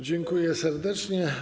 Dziękuję serdecznie.